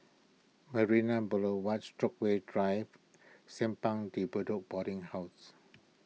Marina Boulevard Stokesay Drive Simpang De Bedok Boarding House